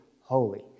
holy